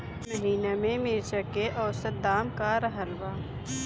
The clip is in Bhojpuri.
एह महीना मिर्चा के औसत दाम का रहल बा?